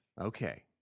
Okay